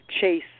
Chase